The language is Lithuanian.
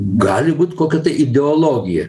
gali būt kokia ideologija